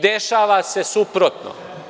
Dešava se suprotno.